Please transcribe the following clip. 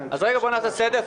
אז בואו נעשה סדר,